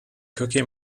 cookie